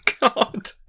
God